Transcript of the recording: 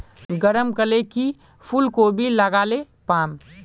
गरम कले की फूलकोबी लगाले पाम?